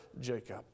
Jacob